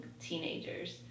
teenagers